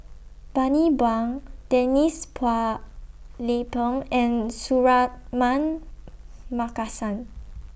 Bani Buang Denise Phua Lay Peng and Suratman Markasan